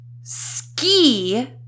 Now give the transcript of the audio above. ski